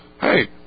Hey